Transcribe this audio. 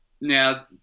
Now